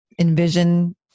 envision